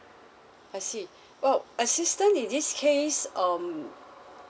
I see well assistant in this case um